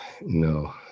no